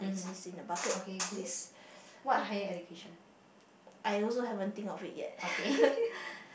is in a bucket list but I also haven't think of it yet